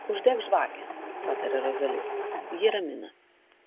uždek žvakę pataria rozali ji ramina